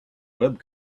web